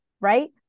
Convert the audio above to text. right